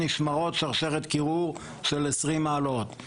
נשמרות שרשרת קירור של 20 מעלות.